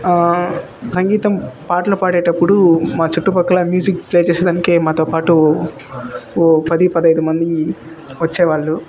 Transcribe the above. సంగీతం పాటలు పాడేటప్పుడు మా చుట్టుపక్కల మ్యూజిక్ చేసేదానికి మాతోపాటు ఓ పది పదిహైదుమంది వచ్చేవాళ్ళు